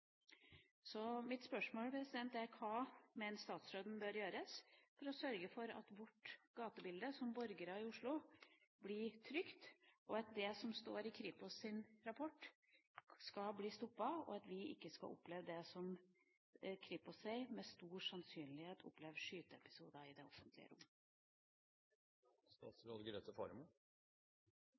Så mitt spørsmål er: Hva mener statsråden bør gjøres for å sørge for at gatebildet til Oslos borgere blir trygt, og at det som står i Kripos’ rapport, skal bli stoppet, og at vi ikke skal oppleve det som Kripos sier – at vi «med stor sannsynlighet» vil oppleve skyteepisoder i det offentlige